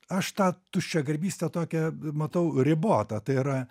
aš tą tuščiagarbystę tokią matau ribotą tai yra